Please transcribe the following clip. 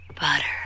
butter